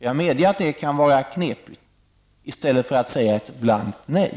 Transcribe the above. Jag medger att det kan vara knepigt att göra så, i stället för att säga ett blankt nej.